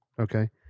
Okay